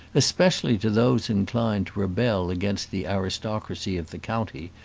especially to those inclined to rebel against the aristocracy of the county,